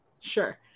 Sure